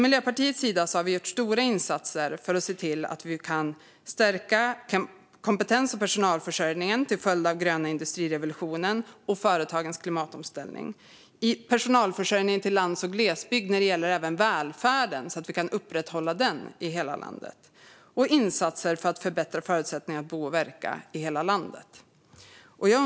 Miljöpartiet har gjort stora insatser för att stärka kompetens och personalförsörjningen till den gröna industrirevolutionen och företagens klimatomställning. Det gäller även personalförsörjningen i välfärden på lands och glesbygd så att vi kan upprätthålla denna i hela landet. Vi har också gjort insatser för att förbättra förutsättningarna för att bo och verka i hela landet.